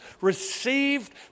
received